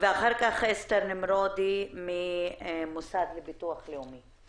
ואחריה אסתר נמרודי מהמוסד לביטוח לאומי.